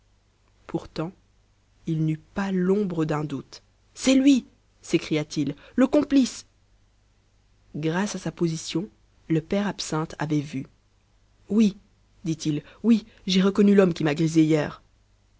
pourtant il n'eut pas l'ombre d'un doute c'est lui s'écria-t-il le complice grâce à sa position le père absinthe avait vu oui dit-il oui j'ai reconnu l'homme qui m'a grisé hier